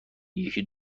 یکی